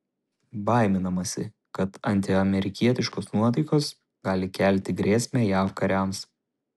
baiminamasi kad antiamerikietiškos nuotaikos gali kelti grėsmę jav kariams